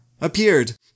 appeared